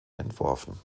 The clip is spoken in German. entworfen